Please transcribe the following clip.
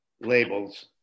labels